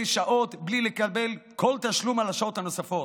שעות בלי לקבל כל תשלום על השעות הנוספות.